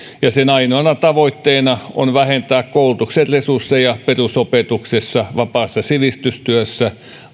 ja sen ainoana tavoitteena on vähentää koulutuksen resursseja perusopetuksessa vapaassa sivistystyössä